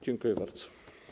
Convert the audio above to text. Dziękuję bardzo.